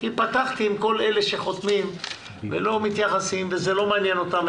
פתחתי עם כל אלה שחותמים ולא מתייחסים וזה לא מעניין אותם,